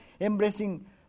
embracing